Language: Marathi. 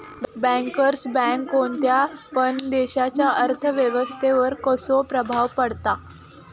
बँकर्स बँक कोणत्या पण देशाच्या अर्थ व्यवस्थेवर कसो प्रभाव पाडता?